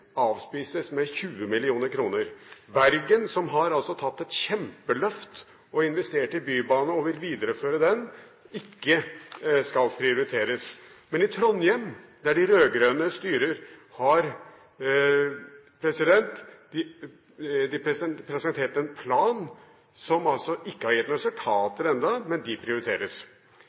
avspises med 20 mill. kr, og at Bergen, som har tatt et kjempeløft og investert i Bybanen og vil videreføre den, ikke skal prioriteres. Men i Trondheim, der de rød-grønne styrer, har de presentert en plan, som ikke har gitt noen resultater ennå, men de prioriteres,